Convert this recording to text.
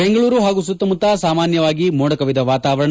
ಬೆಂಗಳೂರು ಹಾಗೂ ಸುತ್ತಮುತ್ತ ಸಾಮಾನ್ಯವಾಗಿ ಮೋಡಕವಿದ ವಾತಾವರಣ